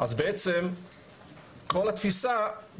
אז בעצם